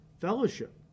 fellowship